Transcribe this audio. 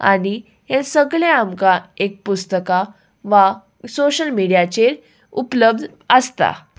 आनी हें सगळें आमकां एक पुस्तकां वा सोशल मिडियाचेर उपलब्ध आसता